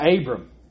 Abram